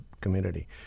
community